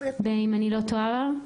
אם אני לא טועה,